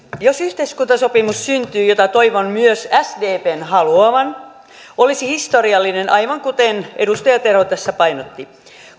jos yhteiskuntasopimus syntyy mitä toivon myös sdpn haluavan olisi se historiallinen aivan kuten edustaja terho tässä painotti